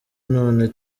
none